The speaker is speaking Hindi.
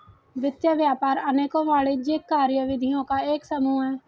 वित्त व्यापार अनेकों वाणिज्यिक कार्यविधियों का एक समूह है